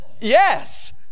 Yes